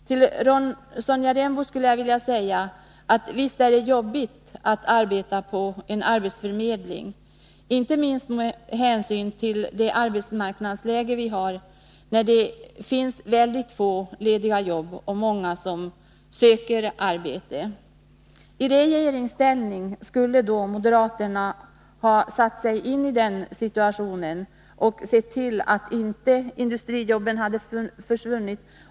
Till Sonja Rembo skulle jag vilja säga att visst är det jobbigt att arbeta på en arbetsförmedling, inte minst med hänsyn till det arbetsmarknadsläge vi nu har med ytterst få lediga jobb och många som söker arbete. I regeringsställning skulle moderaterna ha satt sig in i den situationen och sett till att industrijobben inte hade försvunnit.